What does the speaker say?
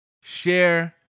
share